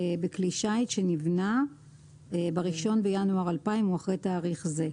בכלי שיט שנבנה ב- 1 בינואר 2000 או אחרי תאריך זה,